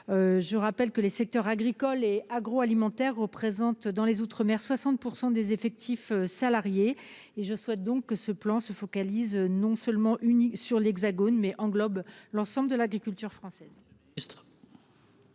Je rappelle que les secteurs agricole et agroalimentaire représentent dans les Outre-mer, 60% des effectifs salariés et je souhaite donc que ce plan se focalise non seulement unis sur l'Hexagone mais englobe l'ensemble de l'agriculture française.